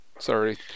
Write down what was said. Sorry